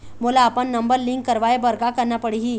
मोला अपन number link करवाये बर का करना पड़ही?